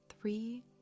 three